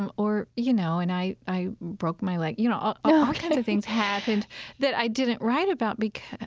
um or, you know, and i i broke my leg yeah, you know all ah kinds of things happened that i didn't write about because,